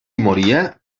moria